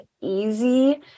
easy